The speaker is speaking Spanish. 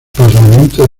parlamento